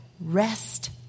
Rest